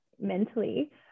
mentally